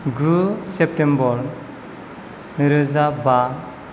गु सेप्तेम्बर नै रोजा बा